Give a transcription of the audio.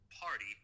party